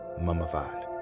mummified